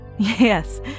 Yes